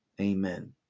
Amen